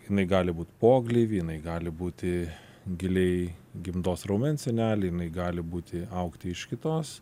jinai gali būt pogleivy jinai gali būti giliai gimdos raumens sienelėj jinai gali būti augti iš kitos